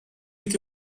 with